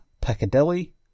Piccadilly